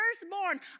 firstborn